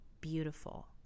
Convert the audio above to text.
beautiful